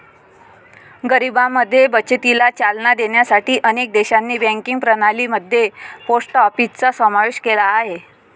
गरिबांमध्ये बचतीला चालना देण्यासाठी अनेक देशांनी बँकिंग प्रणाली मध्ये पोस्ट ऑफिसचा समावेश केला आहे